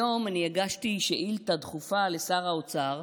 היום אני הגשתי שאילתה דחופה לשר האוצר,